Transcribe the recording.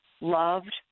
loved